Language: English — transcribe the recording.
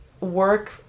work